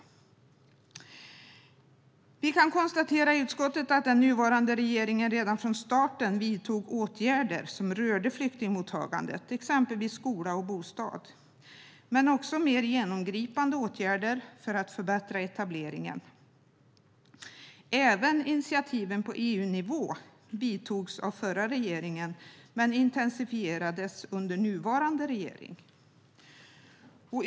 Utskottet kan konstatera att den nuvarande regeringen redan från starten vidtog åtgärder som rörde flyktingmottagandet, exempelvis när det gäller skola och bostad, men också mer genomgripande åtgärder för att förbättra etableringen. Även initiativen på EU-nivå vidtogs av förra regeringen men intensifierades under nuvarande regering.